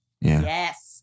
Yes